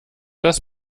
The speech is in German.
das